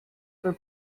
for